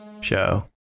show